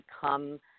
become